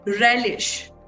Relish